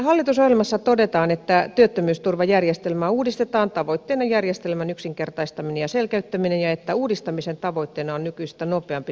hallitusohjelmassa todetaan että työttömyysturvajärjestelmää uudistetaan tavoitteena järjestelmän yksinkertaistaminen ja selkeyttäminen ja että uudistamisen tavoitteena on nykyistä nopeampi työllistyminen